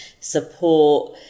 support